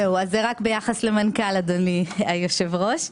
זה רק ביחס למנכ"ל, אדוני היושב-ראש.